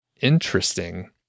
interesting